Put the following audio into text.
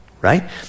right